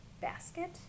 basket